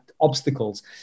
obstacles